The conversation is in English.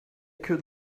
could